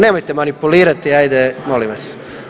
Nemojte manipulirati ajde molim vas.